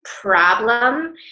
problem